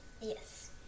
Yes